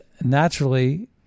naturally